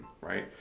right